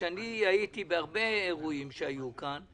אני הייתי בהרבה אירועים שהיו כאן,